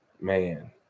man